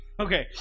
Okay